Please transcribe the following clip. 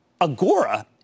Agora